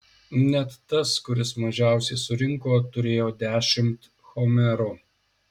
net tas kuris mažiausiai surinko turėjo dešimt homerų